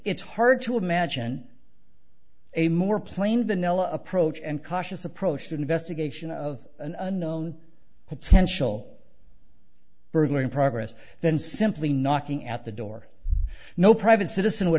it's hard to imagine a more plain vanilla approach and cautious approach to investigation of an unknown potential burglary in progress than simply knocking at the door no private citizen would